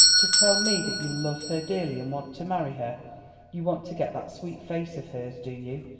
to tell me that you love her dearly and want to marry her you want to get that sweet face of hers, do you?